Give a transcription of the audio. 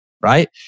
right